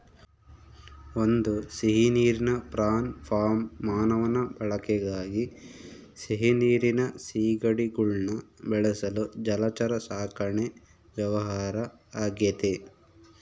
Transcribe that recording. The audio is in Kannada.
ಒಂದು ಸಿಹಿನೀರಿನ ಪ್ರಾನ್ ಫಾರ್ಮ್ ಮಾನವನ ಬಳಕೆಗಾಗಿ ಸಿಹಿನೀರಿನ ಸೀಗಡಿಗುಳ್ನ ಬೆಳೆಸಲು ಜಲಚರ ಸಾಕಣೆ ವ್ಯವಹಾರ ಆಗೆತೆ